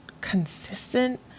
consistent